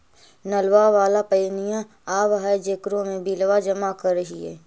नलवा वाला पनिया आव है जेकरो मे बिलवा जमा करहिऐ?